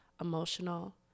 emotional